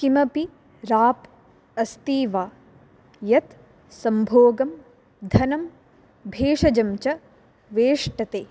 किमपि राप् अस्ति वा यत् संभोगं धनं भेषजं च वेष्टते